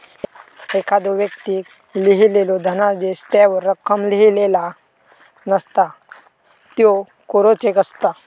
एखाद्दो व्यक्तीक लिहिलेलो धनादेश त्यावर रक्कम लिहिलेला नसता, त्यो कोरो चेक असता